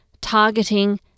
targeting